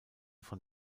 von